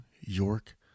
York